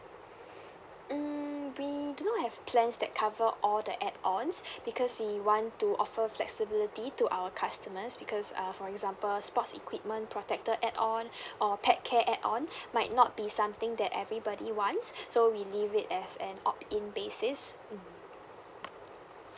mm we do not have plans that cover all the add ons because we want to offer flexibility to our customers because uh for example sports equipment protected add on or pet care add on might not be something that everybody wants so we leave it as an opt in basis mm